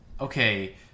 okay